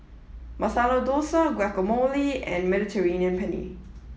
Masala Dosa Guacamole and Mediterranean Penne